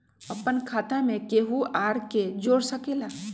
अपन खाता मे केहु आर के जोड़ सके ला?